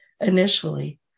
initially